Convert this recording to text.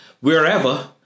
wherever